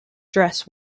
dress